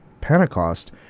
Pentecost